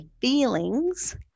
feelings